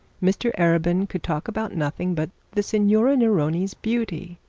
mr arabin could talk about nothing but the signora neroni's beauty,